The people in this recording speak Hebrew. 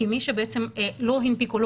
כי מי שבעצם לא הנפיקו לו,